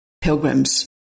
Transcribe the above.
pilgrims